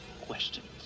Questions